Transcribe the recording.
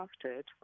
drafted